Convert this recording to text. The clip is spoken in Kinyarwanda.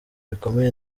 bikomeye